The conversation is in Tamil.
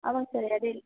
ஆமாம்ங்க சார் இடைல